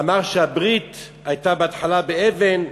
אמר שהברית הייתה בהתחלה באבן,